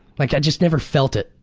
like i just never felt it,